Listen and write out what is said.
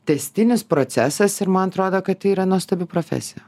tęstinis procesas ir man atrodo kad tai yra nuostabi profesija